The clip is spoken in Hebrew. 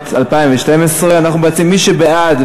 התשע"ב 2012. מי שבעד,